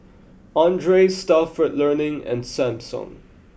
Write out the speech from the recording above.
Andre Stalford Learning and Samsung